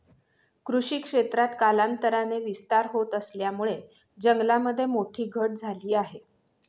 कृषी क्षेत्रात कालांतराने विस्तार होत असल्यामुळे जंगलामध्ये मोठी घट झाली आहे